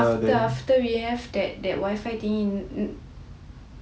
after after we have that wi-fi